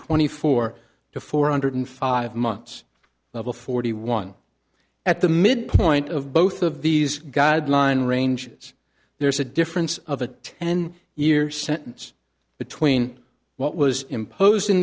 twenty four to four hundred five months level forty one at the midpoint of both of these guideline ranges there's a difference of a ten year sentence between what was imposed in